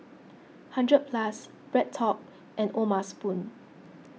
hundred Plus BreadTalk and O'ma Spoon